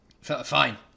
Fine